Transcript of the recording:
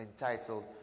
entitled